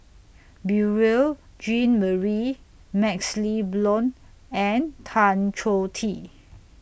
Beurel Jean Marie MaxLe Blond and Tan Choh Tee